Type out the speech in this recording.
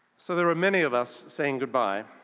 so there are many of us saying goodbye.